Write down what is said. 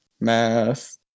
math